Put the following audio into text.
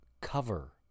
Cover